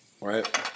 right